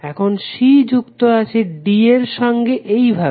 এখন c যুক্ত আছে d এর সঙ্গে এইভাবে